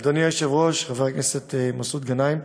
אדוני היושב-ראש, חבר הכנסת מסעוד גנאים,